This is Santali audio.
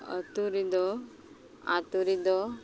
ᱟᱹᱛᱩ ᱨᱮᱫᱚ ᱟᱹᱛᱩ ᱨᱮᱫᱚ